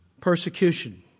persecution